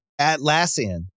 Atlassian